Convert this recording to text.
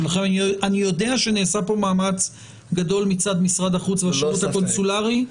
אני יודע שנעשה כאן מאמץ גדול מצד משרד החוץ והשירות הקונסולרי.